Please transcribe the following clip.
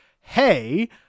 hey